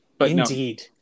Indeed